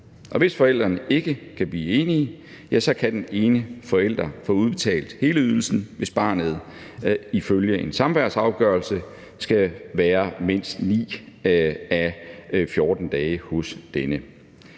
hvis forældrene ikke kan blive enige, kan den ene forælder få udbetalt hele ydelsen, hvis barnet ifølge en samarbejdsaftale skal være mindst 9 af 14 dage hos denne.